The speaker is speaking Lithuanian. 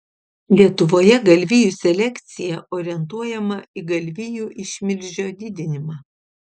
lietuvoje galvijų selekcija orientuojama į galvijų išmilžio didinimą